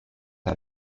how